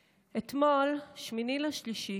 אתמול, 8 במרץ,